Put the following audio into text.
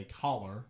collar